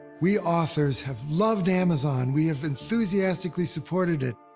we authors have loved amazon. we have enthusiastically supported it,